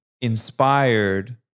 inspired